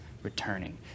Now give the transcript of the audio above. returning